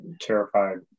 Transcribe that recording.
terrified